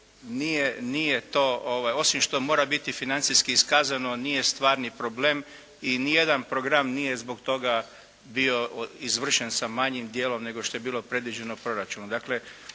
nije to, osim što mora biti financijski iskazano nije stvarni problem i ni jedan program nije zbog toga bio izvršen sa manjim dijelom nego što je bilo predviđeno Proračunom.